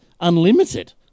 unlimited